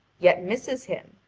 yet misses him,